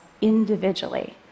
individually